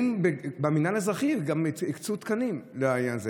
במינהל האזרחי גם הקצו תקנים לעניין הזה,